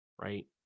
right